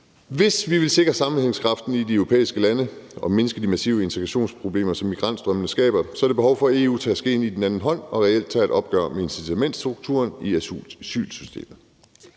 Hvis vi vil sikre sammenhængskraften i de europæiske lande og mindske de massive integrationsproblemer, som migrantstrømmene skaber, er der behov for, at EU tager skeen i den anden hånd og reelt tager et opgør med incitamentsstrukturen i asylsystemet.